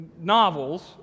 novels